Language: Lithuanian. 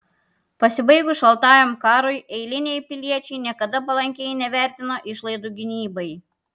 pasibaigus šaltajam karui eiliniai piliečiai niekada palankiai nevertino išlaidų gynybai